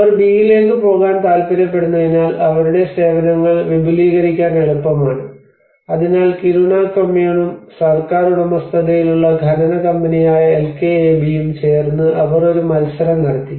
അവർ ബിയിലേക്ക് പോകാൻ താൽപ്പര്യപ്പെടുന്നതിനാൽ അവരുടെ സേവനങ്ങൾ വിപുലീകരിക്കാൻ എളുപ്പമാണ് അതിനാൽ കിരുണ കൊമ്മുനും സർക്കാർ ഉടമസ്ഥതയിലുള്ള ഖനന കമ്പനിയായ എൽകെഎബിയും ചേർന്ന് അവർ ഒരു മത്സരം നടത്തി